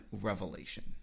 revelation